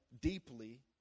deeply